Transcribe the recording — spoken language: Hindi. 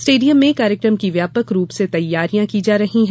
स्टेडियम में कार्यक्रम की व्यापक रुप से तैयारियां की जा रही है